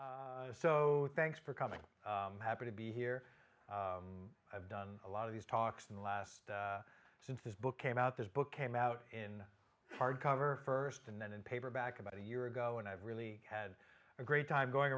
thanks for coming happy to be here i've done a lot of these talks in the last since this book came out this book came out in hardcover first and then in paperback about a year ago and i've really had a great time going